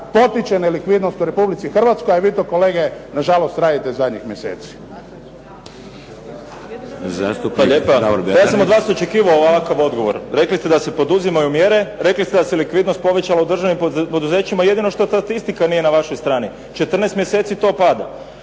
Zastupnik Davor Bernardić. **Bernardić, Davor (SDP)** Hvala lijepa. Pa ja sam od vas očekivao ovakav odgovor. Rekli ste da se poduzimaju mjere, rekli ste da se likvidnost povećala u državnim poduzećima. Jedino što statistika nije na vašoj strani. 14 mjeseci to pada.